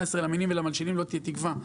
עשרה שלמינים ולמלשינים לא תהיה תקווה,